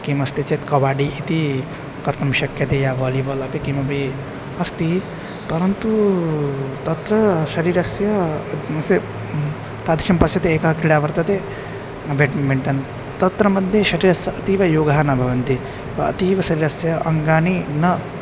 किमस्ति चेत् कबाडि इति कर्तुं शक्यते या वालिबाल् अपि किमपि अस्ति परन्तु तत्र शरीरस्य स् तादृशं पस्यते एका क्रीडा वर्तते बेट्मिण्टन् तत्र मध्ये शरीरस्य अतीव योगः न भवति अतीव शरीरस्य अङ्गानि न